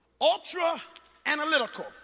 ultra-analytical